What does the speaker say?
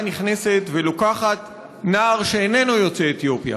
נכנסת ולוקחת נער שאיננו יוצא אתיופיה,